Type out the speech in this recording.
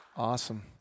Awesome